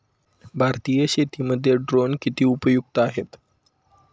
भारतीय शेतीमध्ये ड्रोन किती उपयुक्त आहेत?